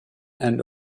and